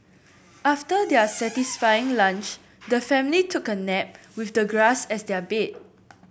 after their satisfying lunch the family took a nap with the grass as their bed